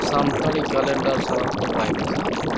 Santali calendar ᱥᱟᱶ ᱫᱚ ᱵᱟᱭ ᱢᱮᱥᱟᱜ ᱠᱟᱱᱟ